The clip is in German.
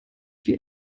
wie